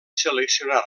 seleccionar